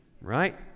Right